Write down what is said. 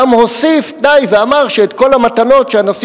גם הוסיף תנאי ואמר שאת כל המתנות שהנשיא